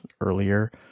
earlier